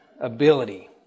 ability